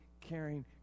caring